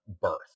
birth